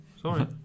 Sorry